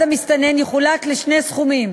בעד המסתנן יחולק לשני סכומים: